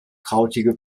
krautige